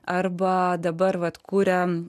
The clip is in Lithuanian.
arba dabar vat kuria